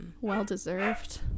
well-deserved